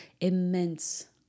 immense